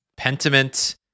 Pentiment